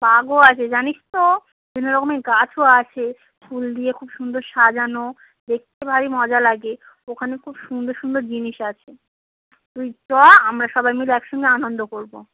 বাঘও আছে জানিস তো বিভিন্ন রকমের গাছও আছে ফুল দিয়ে খুব সুন্দর সাজানো দেখতে ভারি মজা লাগে ওখানে খুব সুন্দর সুন্দর জিনিস আছে তুই চল আমরা সবাই মিলে একসঙ্গে আনন্দ করব